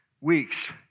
weeks